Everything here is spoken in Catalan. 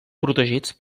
protegits